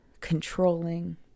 controlling